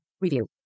Review